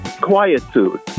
quietude